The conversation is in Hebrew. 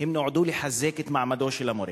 הן נועדו לחזק את מעמדו של המורה.